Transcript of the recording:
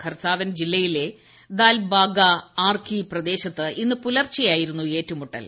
ഖർസാവൻ ജില്ലയിലെ ദാൽബാഗാ ആർകി പ്രദേശത്ത് ഇന്ന് പുലർച്ചെയായിരുന്നു ഏറ്റുമുട്ടൽ